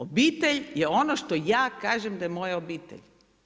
Obitelj je ono što ja kažem da je moja obitelj.